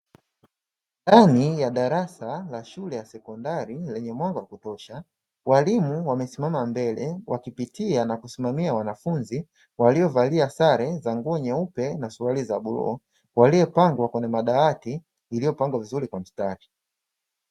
Ndani ya darasa la shule ya sekondari lenye mwanga wa kutosha, walimu wamesimama mbele wakipitia na kusimamia wanafunzi waliovalia sare za nguo nyeupe na suruali za bluu, waliopangwa kwenye madawati yaliyopangwa vizuri kwa mstari.